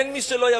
אין מי שלא יבין.